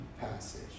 passage